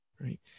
right